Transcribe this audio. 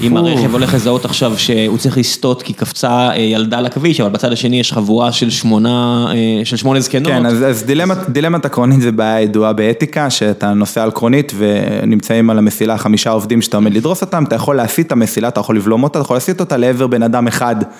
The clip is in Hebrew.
אם הרכב הולך לזהות עכשיו שהוא צריך לסטות כי קפצה ילדה לכביש, אבל בצד השני יש חבורה של שמונה, של שמונה זקנות. כן, אז דילמת הקרונית זה בעיה הידועה באתיקה, שאתה נוסע על קרונית ונמצאים על המסילה חמישה עובדים שאתה עומד לדרוס אותם, אתה יכול להסיט את המסילה, אתה יכול לבלום אותה, אתה יכול להסיט אותה לעבר בן אדם אחד.